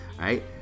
right